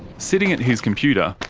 sitting at his computer,